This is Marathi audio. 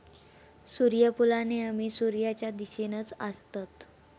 सुर्यफुला नेहमी सुर्याच्या दिशेनेच असतत